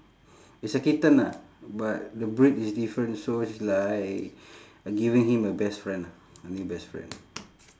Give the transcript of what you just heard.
it's a kitten ah but the breed is different so it's like giving him a best friend ah a new best friend